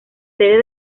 sede